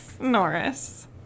Norris